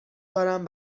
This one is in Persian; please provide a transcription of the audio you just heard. دارم